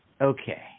okay